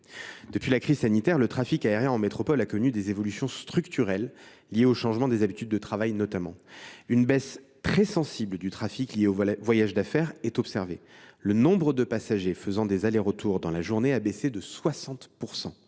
Depuis la crise sanitaire, le trafic aérien en métropole a connu des évolutions structurelles, en raison notamment des changements des habitudes de travail. On observe une diminution très sensible du trafic lié aux voyages d’affaires : le nombre de passagers faisant des allers retours dans la journée a baissé de 60 %.